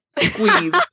squeeze